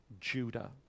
Judah